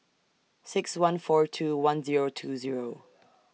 six one four two one Zero two Zero